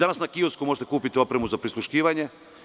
Danas na kiosku možete da kupite opremu za prisluškivanje.